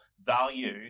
value